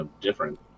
different